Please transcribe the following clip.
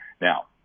Now